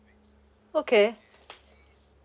okay